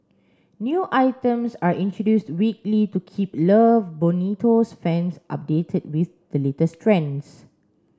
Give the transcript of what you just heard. new items are introduced weekly to keep Love Bonito's fans updated with the latest trends